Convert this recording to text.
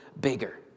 bigger